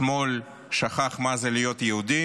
כמדומני: השמאל שכח מה זה להיות יהודים.